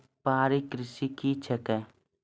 व्यापारिक कृषि क्या हैं?